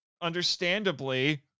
understandably